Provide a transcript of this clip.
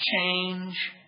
change